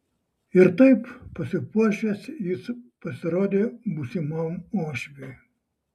ir taip pasipuošęs jis pasirodė būsimam uošviui